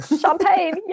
Champagne